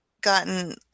Gotten